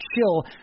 chill